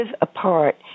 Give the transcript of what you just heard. apart